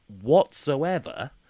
whatsoever